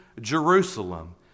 Jerusalem